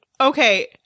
Okay